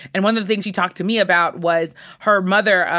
and one of the things she talked to me about was her mother.